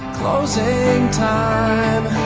closing time,